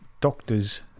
doctors